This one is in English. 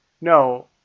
No